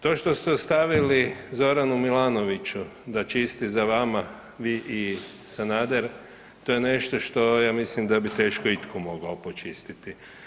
To što ste ostavili Zoranu Milanoviću da čisti za vama, vi i Sanader, to je nešto što ja mislim da bi teško itko mogao počistiti.